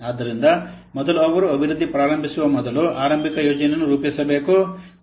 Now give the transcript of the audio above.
ಆದ್ದರಿಂದ ಮೊದಲು ಅವರು ಅಭಿವೃದ್ಧಿ ಪ್ರಾರಂಭಿಸುವ ಮೊದಲು ಆರಂಭಿಕ ಯೋಜನೆಯನ್ನು ರೂಪಿಸಬೇಕು